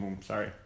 Sorry